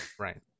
Right